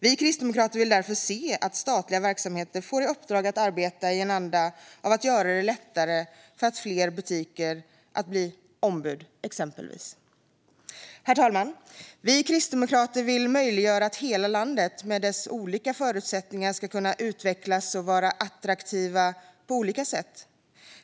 Vi kristdemokrater vill därför se att statliga verksamheter får i uppdrag att arbeta i en anda av att göra det lättare för fler butiker att exempelvis bli ombud. Herr talman! Vi kristdemokrater vill möjliggöra för hela landet med dess olika förutsättningar att utvecklas och vara attraktiva på olika sätt.